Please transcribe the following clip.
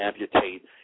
amputate